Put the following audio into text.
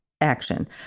action